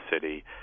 city